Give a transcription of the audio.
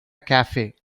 cafe